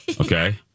Okay